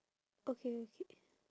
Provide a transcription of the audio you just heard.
okay okay